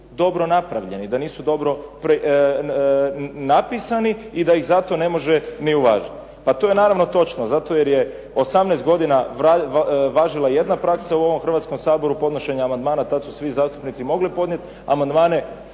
dobro napravljeni, da nisu dobro napisani i da ih zato ne može ni uvažiti. Pa to je naravno točno, zato jer je 18 godina važila jedna praksa u ovom Hrvatskom saboru, podnošenje amandmana, tad su svi zastupnici mogli podnijeti amandmane,